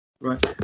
Right